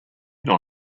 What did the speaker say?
dans